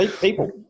people